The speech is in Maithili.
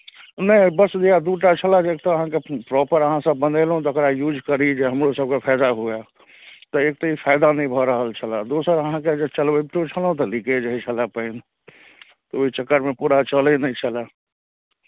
नहि बस इएह दू टा छलए जे एक तऽ अहाँकेँ प्रॉपर अहाँसभ बनेलहुँ तकरा यूज करी जे हमरो सभकेँ फायदा हुअए तऽ एक तऽ ई फायदा नहि भऽ रहल छलए दोसर अहाँके जे चलवबितो छलहुँ तऽ लीकेज होइत छलए पानि तऽ ओहि चक्करमे पूरा चलै नहि छलए